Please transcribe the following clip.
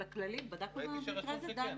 ראיתי שרשום שכן.